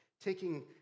taking